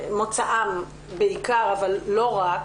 במוצאם בעיקר אבל לא רק,